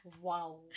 Wow